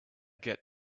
get